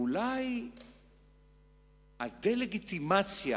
אולי הדה-לגיטימציה